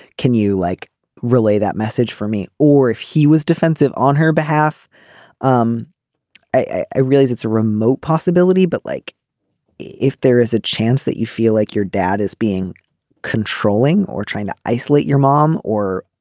can you like relay that message for me. or if he was defensive on her behalf um i realize it's a remote possibility but like if there is a chance that you feel like your dad is being controlling or trying to isolate your mom or